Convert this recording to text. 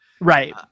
right